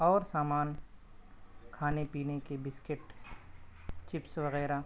اور سامان کھانے پینے کے بسکٹ چپس وغیرہ